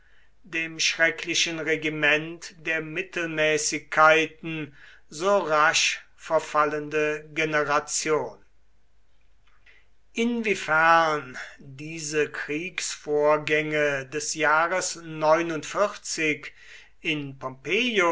dem schrecklichen regiment der mittelmäßigkeiten so rasch verfallende generation inwiefern diese kriegsvorgänge des jahres in